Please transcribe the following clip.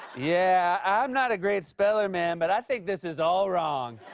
yeah, i'm not a great speller, man, but i think this is all wrong.